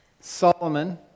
Solomon